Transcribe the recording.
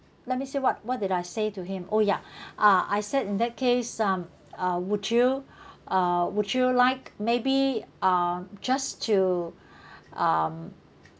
let me see what what did I say to him oh ya uh I said in that case um uh would you uh would you like maybe uh just to um